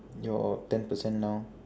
your ten percent now